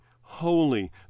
holy